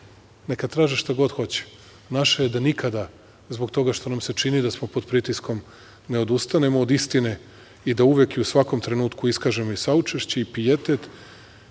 Neka traže šta god hoće. Naše je da nikada zbog toga što nam se čini da smo pod pritiskom ne odustanemo od istine i da uvek i u svakom trenutku iskažemo i saučešće i pijetet